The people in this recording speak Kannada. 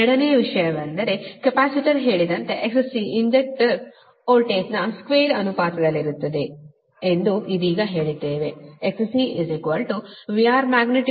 ಎರಡನೆಯ ವಿಷಯವೆಂದರೆ ಕೆಪಾಸಿಟರ್ ಹೇಳಿದಂತೆ XC ಇಂಜೆಕ್ಟರ್ ವೋಲ್ಟೇಜ್ನ ಸ್ಕ್ವೇರ್ ಅನುಪಾತದಲ್ಲಿರುತ್ತದೆ ಎಂದು ಇದೀಗ ಹೇಳಿದ್ದೇವೆ